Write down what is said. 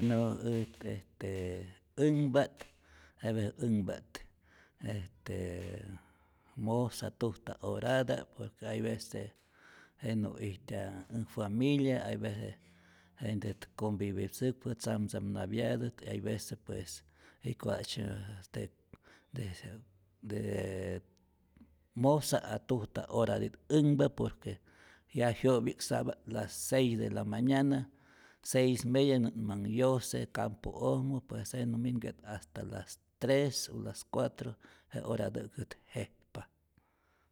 Weno ät änhpa't hay vece änhpa't estee mojsa, tujta orata'p, por que hay veces jenä ijtyaj äj familia, hay veces jentyät convivitzäkpa, tzamtzamnapyatät y hay veces pues jiko'ajtzye te te t mojsa a tujta orati't änhpa, por que ya jyo'pi'k sa'pa't las seis de la mañana, seis y media nä't manh yose campo'ojmä pues jenä' minke'ta't hasta las tres u las cuatro je ora'tä'kät jejpa.